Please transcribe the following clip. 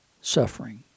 suffering